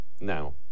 Now